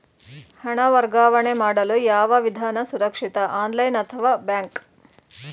ಹಣ ವರ್ಗಾವಣೆ ಮಾಡಲು ಯಾವ ವಿಧಾನ ಸುರಕ್ಷಿತ ಆನ್ಲೈನ್ ಅಥವಾ ಬ್ಯಾಂಕ್?